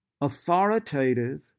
authoritative